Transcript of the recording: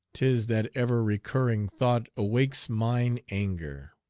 tis that ever-recurring thought awakes mine anger